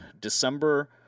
december